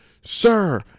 sir